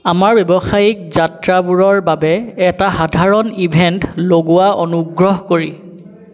আমাৰ ব্যৱসায়িক যাত্ৰাবোৰৰ বাবে এটা সাধাৰণ ইভেণ্ট লগোৱা অনুগ্ৰহ কৰি